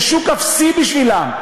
זה שוק אפסי בשבילם.